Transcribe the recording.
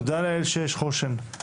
תודה לאל שיש חוש"ן,